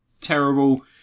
terrible